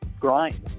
grind